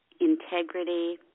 integrity